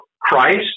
Christ